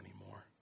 anymore